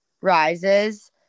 rises